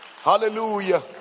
hallelujah